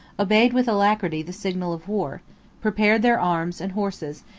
obeyed with alacrity the signal of war prepared their arms and horses,